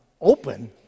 open